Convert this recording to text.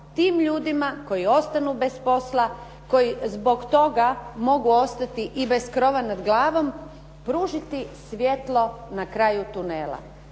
tim ljudima koji ostanu bez posla, koji zbog toga mogu ostati i bez krova nad glavom pružiti svjetlo na kraju tunela,